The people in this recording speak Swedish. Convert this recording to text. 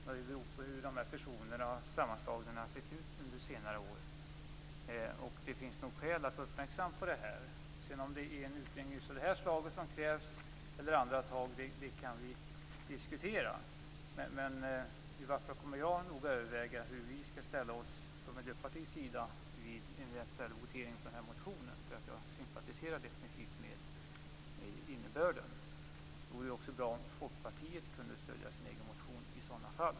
Detta har samband med karaktären av de fusioner som skett under senare år. Det finns nog skäl att vara uppmärksam i detta sammanhang. Om det krävs en sådan utredning som här begärs eller andra tag kan diskuteras, men åtminstone kommer jag att noga överväga hur vi från Miljöpartiets sida skall ställa oss vid en votering om den här aktuella motionen. Jag sympatiserar definitivt med dess syfte. Det vore också bra om Folkpartiet då kunde stödja sin egen motion.